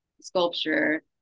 sculpture